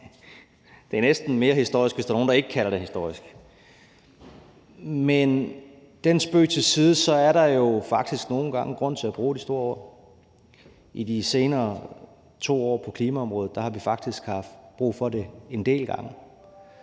Det er næsten mere historisk, hvis der er nogen, der ikke kalder den historisk. Men spøg til side er der jo faktisk nogle gange grund til at bruge det store ord. I de seneste 2 år på klimaområdet har vi faktisk haft brug for det en del gange,